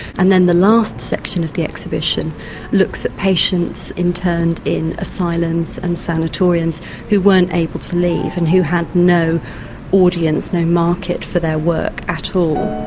and then the last section of the exhibition looks at patients interned in asylums and sanatoriums who weren't able to leave and who had no audience, no market for their work at all.